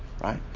Right